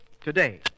today